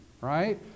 right